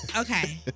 Okay